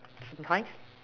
sometimes